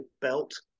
belt